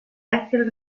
ángel